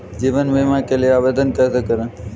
जीवन बीमा के लिए आवेदन कैसे करें?